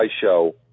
show